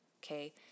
okay